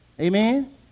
amen